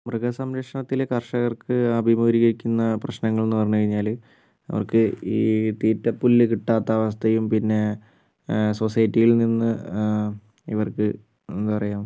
മൃഗ സംരക്ഷണത്തിലെ കർഷകർക്ക് അഭിമുഖീകരിക്കുന്ന പ്രശ്നങ്ങൾന്ന് പറഞ്ഞുകഴിഞ്ഞാൽ അവർക്ക് ഈ തീറ്റ പുല്ല് കിട്ടാത്ത അവസ്ഥയും പിന്നെ സൊസൈറ്റിയിൽ നിന്ന് ഇവർക്ക് എന്താ പറയാ